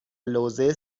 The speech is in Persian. لوزه